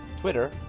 Twitter